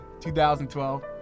2012